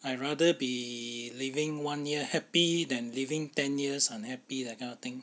I rather be living one year happy than living ten years unhappy that kind of thing